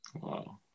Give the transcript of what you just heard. Wow